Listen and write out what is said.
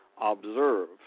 observe